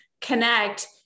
connect